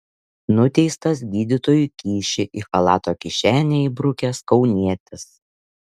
nuteistas gydytojui kyšį į chalato kišenę įbrukęs kaunietis